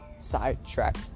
sidetrack